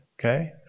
okay